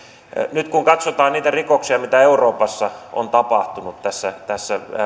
nyt kun katsotaan niitä rikoksia mitä euroopassa on tapahtunut